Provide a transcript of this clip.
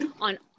on